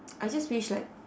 I just wish like